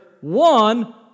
one